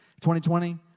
2020